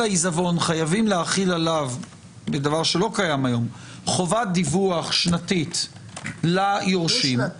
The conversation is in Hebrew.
שחייבים להחיל על מנהל עיזבון חובת דיווח שנתית ליורשים דבר שלא קיים